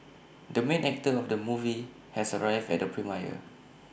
the main actor of the movie has arrived at the premiere